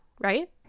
right